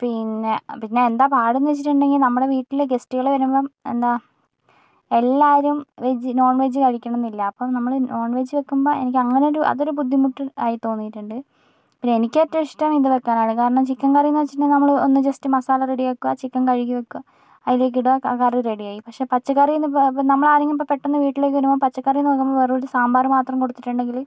പിന്നെ പിന്നെ എന്താ പാടെന്നു വച്ചിട്ടുണ്ടെങ്കിൽ നമ്മളെ വീട്ടിൽ ഗസ്റ്റുകൾ വരുമ്പം എന്താ എല്ലാവരും വെജ് നോൺവെജ് കഴിക്കണം എന്നില്ല അപ്പം നമ്മൾ നോൺവെജ് വയ്ക്കുമ്പോൾ എനിക്ക് അങ്ങനെ ഒരു അത് ഒരു ബുദ്ധിമുട്ടായി തോന്നിയിട്ടുണ്ട് പിന്നെ എനിക്ക് ഏറ്റവും ഇഷ്ടം ഇത് വയ്ക്കാനാണ് കാരണം ചിക്കൻ കറിയെന്നു വച്ചിട്ടുണ്ടങ്കിൽ നമ്മൾ ഒന്ന് ജസ്റ്റ് മസാല റെഡിയാക്കുക ചിക്കൻ കഴുകി വയക്കാം അതിലേയ്ക്ക് ഇടുക കറി റെഡിയായി പക്ഷേ പച്ചക്കറിയെന്നു നമ്മൾ ആരെങ്കിലും ഇപ്പം പെട്ടെന്ന് വീട്ടിലേക്ക് വരുമ്പം പച്ചക്കറി നോക്കുമ്പം വെറും ഒരു സാമ്പാർ മാത്രം കൊടുത്തിട്ടുണ്ടെങ്കിൽ